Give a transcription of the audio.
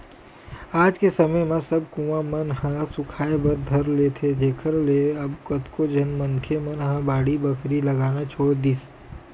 आज के समे म सब कुँआ मन ह सुखाय बर धर लेथे जेखर ले अब कतको झन मनखे मन ह बाड़ी बखरी लगाना छोड़ दिस